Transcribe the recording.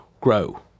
grow